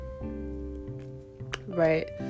right